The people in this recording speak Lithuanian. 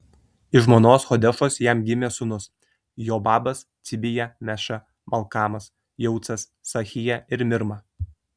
iš žmonos hodešos jam gimė sūnūs jobabas cibija meša malkamas jeucas sachija ir mirma